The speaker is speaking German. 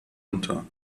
unter